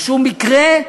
בשום מקרה,